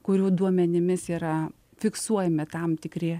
kurių duomenimis yra fiksuojami tam tikri